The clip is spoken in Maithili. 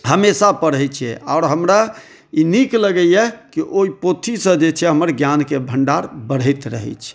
हमेशा पढ़ै छिए आओर हमरा ई नीक लगैए कि ओहि पोथीसँ जे छै हमर ज्ञानके भण्डार बढ़ैत रहै छै